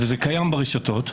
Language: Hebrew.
וזה קיים ברשתות,